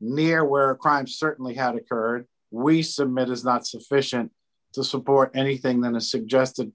near where a crime certainly have occurred we submit is not sufficient to support anything than to suggest